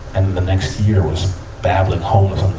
and the next year was babbling homeless